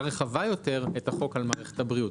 רחבה יותר את החוק על מערכת הבריאות.